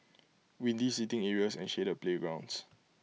windy seating areas and shaded playgrounds